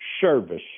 service